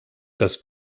das